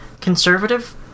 Conservative